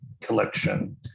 collection